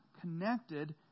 connected